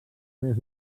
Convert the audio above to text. més